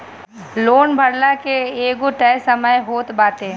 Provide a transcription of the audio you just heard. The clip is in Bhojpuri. लोन भरला के एगो तय समय होत बाटे